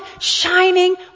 shining